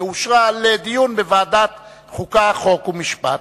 שאושרה, לדיון בוועדת החוקה, חוק ומשפט.